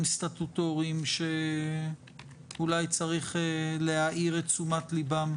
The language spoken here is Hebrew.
סטטוטוריים שאולי צריך להביא לתשומת ליבם.